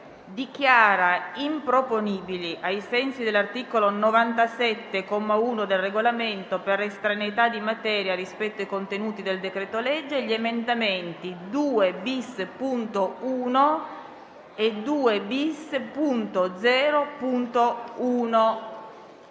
dichiara improponibili, ai sensi dell'articolo 97, comma 1, del Regolamento, per estraneità di materia rispetto ai contenuti del decreto-legge, gli emendamenti 2-*bis*.1 e 2-*bis.*0.1.